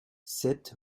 sept